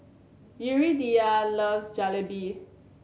Yuridia loves Jalebi